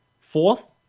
fourth